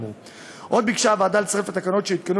עוד ביקשה הוועדה לצרף לתקנות שיותקנו